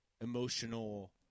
emotional